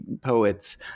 poets